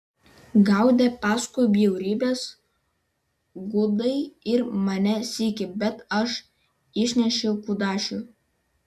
gaudė paskui bjaurybės gudai ir mane sykį bet aš išnešiau kudašių